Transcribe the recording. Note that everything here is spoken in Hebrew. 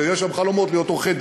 ויש שם חלומות: להיות עורכי-דין,